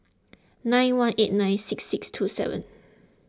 nine one eight nine six six two seven